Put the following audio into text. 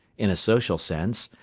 in a social sense,